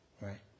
right